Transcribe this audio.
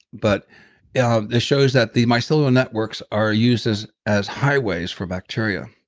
but yeah it shows that the mycelial networks are used as as highways for bacteria.